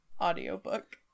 audiobook